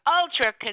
ultra